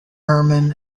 urim